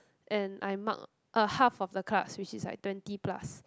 and I mark a half of the class which is like twenty plus